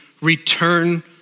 return